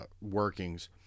workings